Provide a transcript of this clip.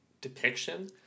depiction